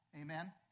Amen